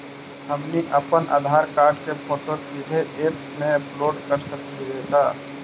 हमनी अप्पन आधार कार्ड के फोटो सीधे ऐप में अपलोड कर सकली हे का?